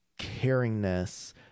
caringness